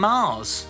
Mars